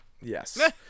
Yes